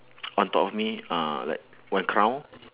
on top of me uh like one crown